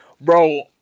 bro